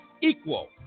equal